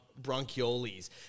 bronchioles